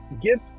give